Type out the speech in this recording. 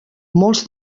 molts